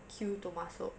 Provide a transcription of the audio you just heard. queue to masuk